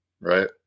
Right